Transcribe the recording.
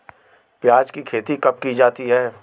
प्याज़ की खेती कब की जाती है?